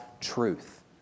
truth